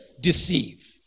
deceive